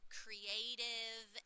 creative